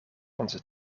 onze